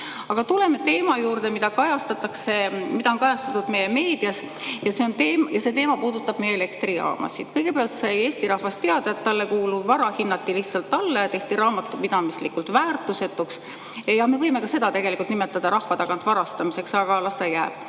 mida kajastatakse, mida on kajastatud meie meedias, ja see teema puudutab meie elektrijaamasid. Kõigepealt sai Eesti rahvas teada, et talle kuuluv vara hinnati lihtsalt alla ja tehti raamatupidamislikult väärtusetuks. Me võime ka seda tegelikult nimetada rahva tagant varastamiseks, aga las ta jääb.